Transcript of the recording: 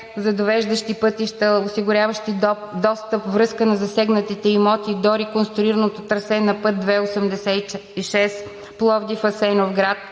за довеждащи пътища, осигуряващи достъп, връзка на засегнатите имоти до реконструираното трасе на път II-86 Пловдив – Асеновград,